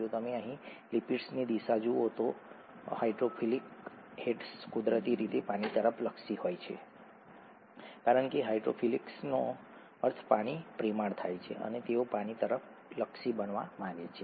જો તમે અહીં લિપિડ્સની દિશા જુઓ તો હાઇડ્રોફિલિક હેડ્સ કુદરતી રીતે પાણી તરફ લક્ષી હોય છે કારણ કે હાઇડ્રોફિલિકનો અર્થ પાણી પ્રેમાળ થાય છે અને તેઓ પાણી તરફ લક્ષી બનવા માંગે છે